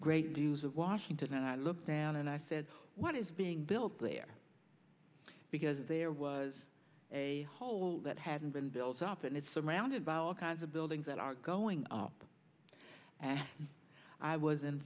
great dues of washington and i look down and i said what is being built there because there was a hole that hadn't been built up and it's surrounded by all kinds of buildings that are going up and i was in